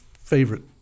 favorite